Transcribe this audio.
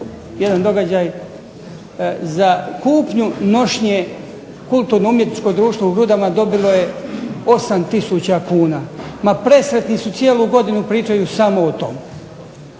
jedan događaj za kupnju nošnje kulturno-umjetničko društvo u Grudama dobilo je 8 tisuća kuna. Ma presretni su, cijelu godinu pričaju samo o tome.